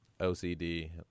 OCD